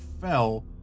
fell